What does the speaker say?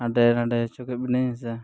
ᱦᱟᱸᱰᱮᱼᱱᱷᱟᱰᱮ ᱦᱚᱪᱚ ᱠᱮᱫ ᱵᱤᱱᱟᱹᱧ ᱦᱮᱸ ᱥᱮ